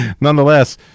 nonetheless